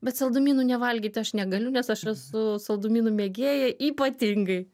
bet saldumynų nevalgyt aš negaliu nes aš esu saldumynų mėgėja ypatingai